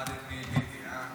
למדת מביבי, אה?